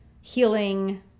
healing